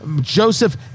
Joseph